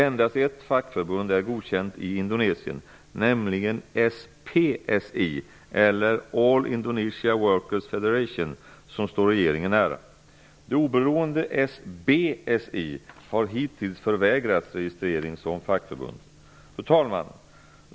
Endast ett fackförbund är godkänt i Indonesien, nämligen SPSI, eller All Indonesia Workers Federation, som står regeringen nära. Det oberoende SBSI har hittills förvägrats registrering som fackförbund. Fru talman!